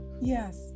Yes